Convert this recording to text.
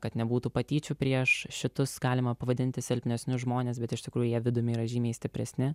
kad nebūtų patyčių prieš kitus galima pavadinti silpnesnius žmones bet iš tikrųjų jie vidumi yra žymiai stipresni